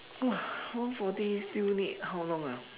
!wah! one forty still need how long ah